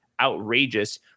Outrageous